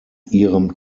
ihrem